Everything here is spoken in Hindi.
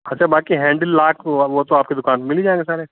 अच्छा बाक़ी हैंडल लॉक वह वह तो आपकी दुकान पर मिल जाएगा सारे